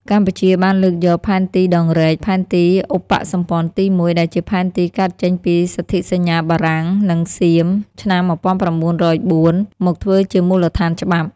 កម្ពុជាបានលើកយក ផែនទីដងរែក (ផែនទីឧបសម្ព័ន្ធទី១) ដែលជាផែនទីកើតចេញពីសន្ធិសញ្ញាបារាំង-សៀម ឆ្នាំ១៩០៤ មកធ្វើជាមូលដ្ឋានច្បាប់។